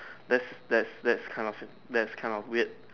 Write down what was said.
that's that's that's kind of that's kind of weird